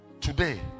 today